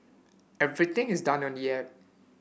everything is done on the app